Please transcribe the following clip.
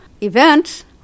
event